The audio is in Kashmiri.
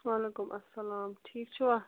وعلیکُم اسلام ٹھیٖک چھُوا